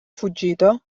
fuggito